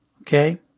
okay